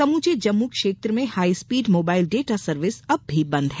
समूचे जम्मू क्षेत्र में high speed mobile data service अब भी बंद है